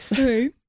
Right